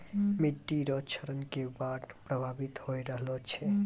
मिट्टी रो क्षरण से बाढ़ प्रभावित होय रहलो छै